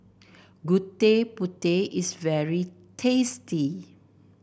Gudeg Putih is very tasty